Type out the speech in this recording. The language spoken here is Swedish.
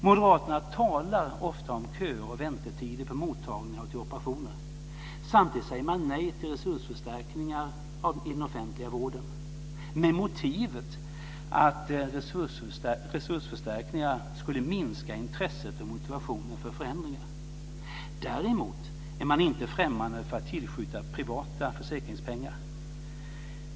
Moderaterna talar ofta om köer och väntetider på mottagningar och till operationer, samtidigt säger man nej till resursförstärkningar i den offentliga vården, med motivet att resursförstärkningar skulle minska intresset och motivationen för förändringar. Däremot är man inte främmande för att tillskjuta privata försäkringspengar.